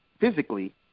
physically